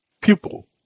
Pupil